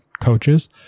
coaches